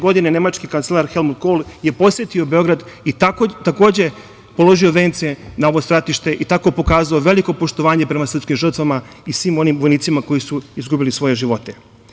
Godine 1985. nemački kancelar Helmut Kol je posetio Beograd i takođe položio vence na ovo stratište i tako pokazao veliko poštovanje prema srpskim žrtvama i svim onima vojnicima koji su izgubili svoje živote.